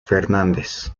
fernández